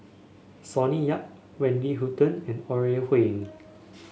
Sonny Yap Wendy Hutton and Ore Huiying